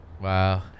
Wow